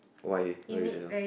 why why you say so